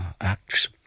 acts